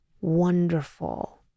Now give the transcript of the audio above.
wonderful